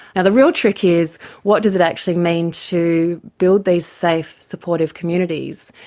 and the real trick is what does it actually mean to build these safe, supportive communities.